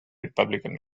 republican